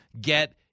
get